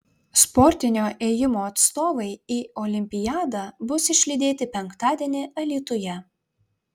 sportinio ėjimo atstovai į olimpiadą bus išlydėti penktadienį alytuje